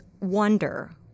wonder